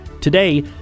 Today